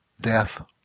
death